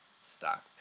stock